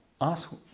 ask